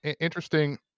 Interesting